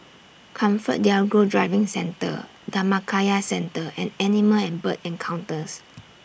ComfortDelGro Driving Centre Dhammakaya Centre and Animal and Bird Encounters